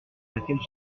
laquelle